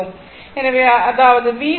எனவே அதாவது VC மற்றும் VC 0 100